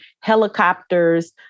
helicopters